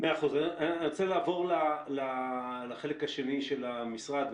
אני רוצה לעבור לחלק השני של המשרד,